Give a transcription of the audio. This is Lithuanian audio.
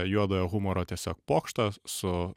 juodojo humoro tiesiog pokštą su